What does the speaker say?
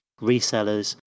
Resellers